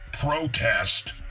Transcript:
Protest